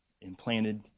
implanted